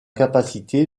capacité